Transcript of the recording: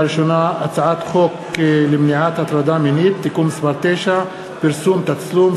הצעת חוק למניעת הטרדה מינית (תיקון מס' 9) (פרסום תצלום,